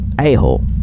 A-hole